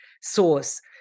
source